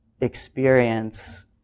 experience